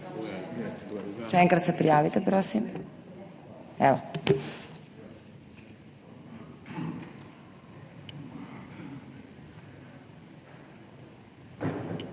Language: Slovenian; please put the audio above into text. Še enkrat se prijavite, prosim.